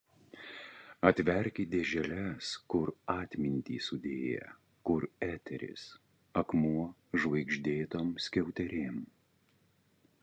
atverkit dėželes kur atmintį sudėję kur eteris akmuo žvaigždėtom skiauterėm